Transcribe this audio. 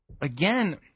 Again